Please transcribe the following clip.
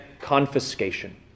confiscation